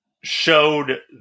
showed